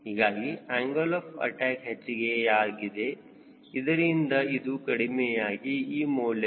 ಹೀಗಾಗಿ angle of attack ಹೆಚ್ಚಿಗೆ ಯಾಗಿದೆ ಇದರಿಂದ ಇದು ಕಡಿಮೆಯಾಗಿ ಈ ಮೌಲ್ಯಕ್ಕೆ ಬಂದಿದೆ